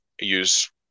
use